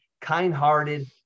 kind-hearted